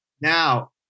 Now